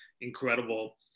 incredible